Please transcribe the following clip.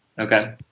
Okay